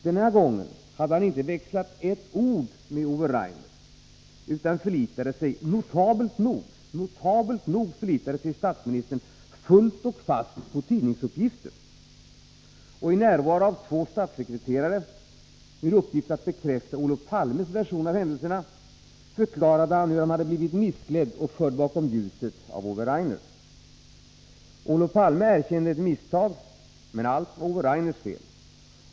Den här gången hade han inte växlat ett ord med Ove Rainer, utan förlitade sig — notabelt nog! — fullt och fast på tidningsuppgifter. I närvaro av två statssekreterare med uppgift att bekräfta Olof Palmes version av händelserna förklarade Olof Palme hur han hade blivit missledd och förd bakom ljuset av Ove Rainer. Olof Palme erkände ett misstag — men allt var Ove Rainers fel.